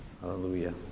Hallelujah